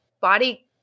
body